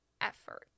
effort